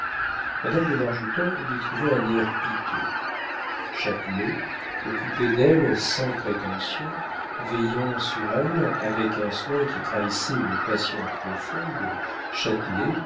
madame de bargeton lui trouvait un air piteux châtelet occupé d'elle sans prétention veillant sur elle avec un soin qui trahissait une passion profonde